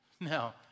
Now